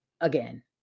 again